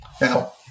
Now